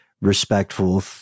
respectful